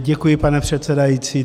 Děkuji, pane předsedající.